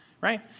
right